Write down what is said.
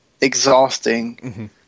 exhausting